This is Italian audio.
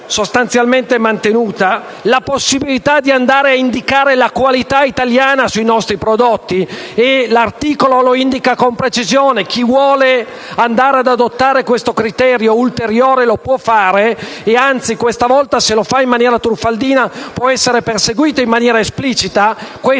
la possibilità di andare a indicare la qualità italiana sui nostri prodotti. L'articolo lo indica con precisione: chi vuole adottare questo criterio ulteriore lo può fare; anzi, questa volta, se lo fa in maniera truffaldina, può essere esplicitamente perseguito.